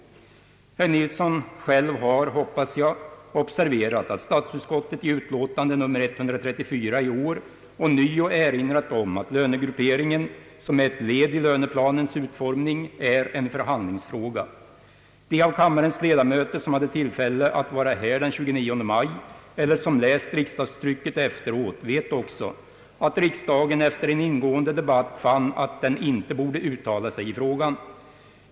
Herr Nilsson själv har, hoppas jag, observerat att statsutskottet i utlåtande nr 134 i år ånyo erinrat om att lönegrupperingen, som är ett led i löneplanens utformning, är en förhandlingsfråga. De av kammarens ledamöter som hade tillfälle att vara här den 29 maj eller som läst riksdagstrycket efteråt vet också att riksdagen efter en ingående debatt fann att den inte borde uttala sig i frågan.